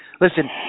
listen